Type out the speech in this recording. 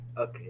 Okay